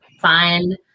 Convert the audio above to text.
find